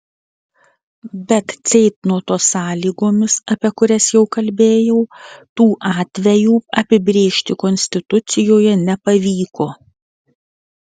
bet ceitnoto sąlygomis apie kurias jau kalbėjau tų atvejų apibrėžti konstitucijoje nepavyko